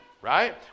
right